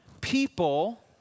people